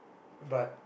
but